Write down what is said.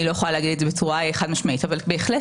לא יכולה להגיד בצורה חד משמעית- חשש